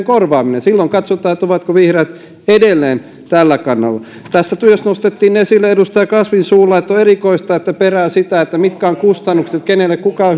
korvaaminen silloin katsotaan ovatko vihreät edelleen tällä kannalla tässä myös nostettiin esille edustaja kasvin suulla että on erikoista että perään sitä mitkä ovat kustannukset kenelle kuka